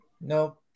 No